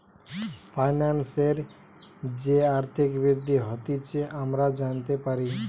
ফাইন্যান্সের যে আর্থিক বৃদ্ধি হতিছে আমরা জানতে পারি